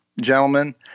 gentlemen